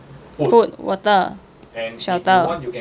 food water shelter